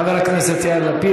חבר הכנסת יאיר לפיד,